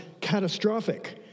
catastrophic